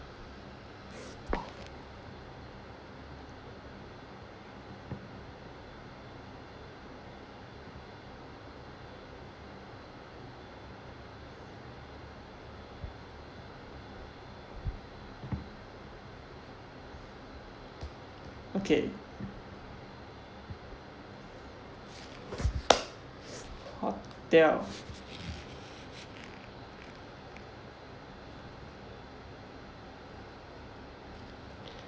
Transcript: okay hotel